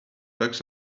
bucks